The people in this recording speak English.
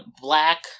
black